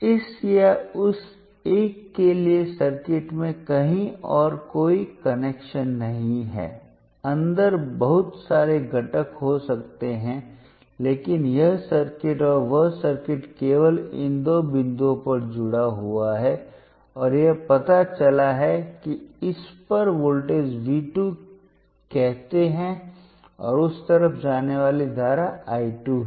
इस या उस एक के लिए सर्किट में कहीं और कोई कनेक्शन नहीं है अंदर बहुत सारे घटक हो सकते हैं लेकिन यह सर्किट और वह सर्किट केवल इन दो बिंदुओं पर जुड़ा हुआ है और यह पता चला है कि इस पर वोल्टेज V 2 कहते हैं और उस तरफ जाने वाली धारा I 2 है